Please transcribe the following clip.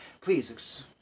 Please